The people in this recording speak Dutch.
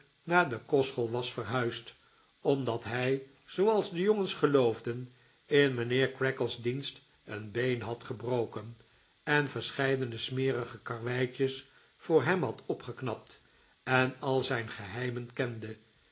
naar de kostschool was verhuisd omdat hij zooals de jongens geloofden in mijnheer creakle's dienst een been had gebroken en verscheidene smerige karweitjes voor hem had opgeknapt en al zijn geheimen kende